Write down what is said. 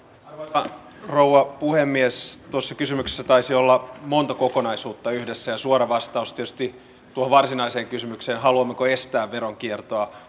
arvoisa rouva puhemies tuossa kysymyksessä taisi olla monta kokonaisuutta yhdessä ja suora vastaus tietysti tuohon varsinaiseen kysymykseen haluammeko estää veronkiertoa